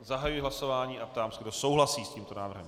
Zahajuji hlasování a ptám se, kdo souhlasí s tímto návrhem.